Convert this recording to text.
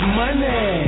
money